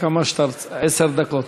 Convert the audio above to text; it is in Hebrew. עשר דקות.